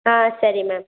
ಹಾಂ ಸರಿ ಮ್ಯಾಮ್